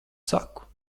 saku